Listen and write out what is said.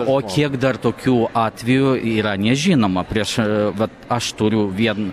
o kiek dar tokių atvejų yra nežinoma prieš vat aš turiu vien